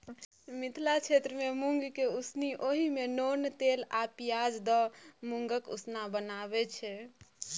मिथिला क्षेत्रमे मुँगकेँ उसनि ओहि मे नोन तेल आ पियाज दए मुँगक उसना बनाबै छै